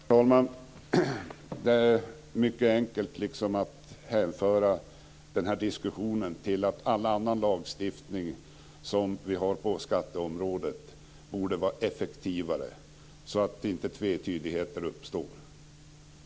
Herr talman! Det är mycket enkelt att hänföra den här diskussionen till att all annan lagstiftning som vi har på skatteområdet borde vara effektivare så att inte tvetydigheter uppstår.